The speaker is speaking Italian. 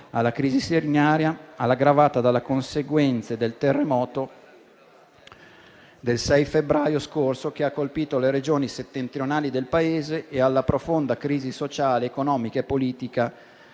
alla crisi siriana, aggravata dalle conseguenze del terremoto del 6 febbraio scorso che ha colpito le regioni settentrionali del Paese e alla profonda crisi sociale, economica e politica